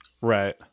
right